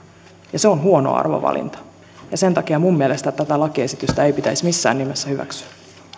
ja se on huono arvovalinta sen takia minun mielestäni tätä lakiesitystä ei pitäisi missään nimessä hyväksyä